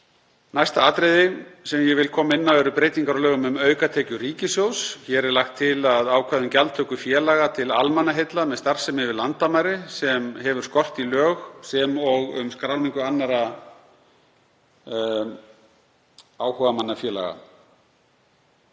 Sjötta atriðið sem ég vil koma inn á eru breytingar á lögum um aukatekjur ríkissjóðs. Lagt er til ákvæði um gjaldtöku félaga til almannaheilla með starfsemi yfir landamæri sem hefur skort í lög sem og um skráningu annarra áhugamannafélaga.